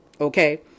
Okay